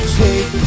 take